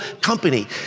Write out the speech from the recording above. company